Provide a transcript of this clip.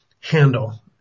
handle